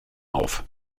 auf